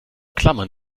klammern